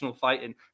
fighting